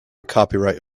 copyright